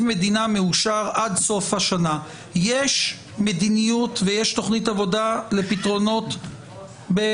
מדינה מאושר עד סוף השנה יש מדיניות ויש תכנית עבודה לפתרונות בתחום